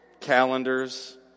calendars